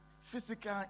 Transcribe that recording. physical